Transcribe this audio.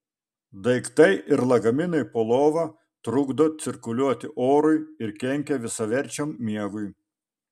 daiktai ir lagaminai po lova trukdo cirkuliuoti orui ir kenkia visaverčiam miegui